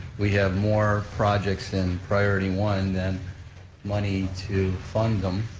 we had more projects in priority one than money to fund them,